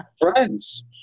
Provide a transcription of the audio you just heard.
friends